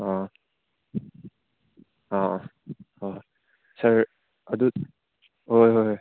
ꯑꯥ ꯑꯥ ꯑꯥ ꯍꯣꯏ ꯍꯣꯏ ꯁꯥꯔ ꯑꯗꯨ ꯍꯣꯏ ꯍꯣꯏ ꯍꯣꯏ